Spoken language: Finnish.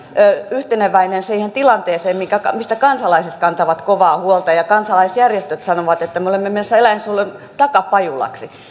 yhteneväinen siihen tilanteeseen mistä kansalaiset kantavat kovaa huolta ja ja kansalaisjärjestöt sanovat että me olemme menossa eläinsuojelun takapajulaksi